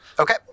Okay